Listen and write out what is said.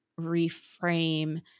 reframe